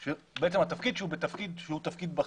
שהוא תפקיד בכיר.